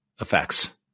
effects